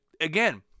again